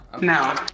No